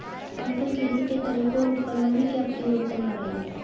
आजकल खेती के तरीकों और उपकरणों में क्या परिवर्तन आ रहें हैं?